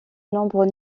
nombres